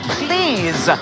please